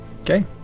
Okay